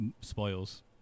spoils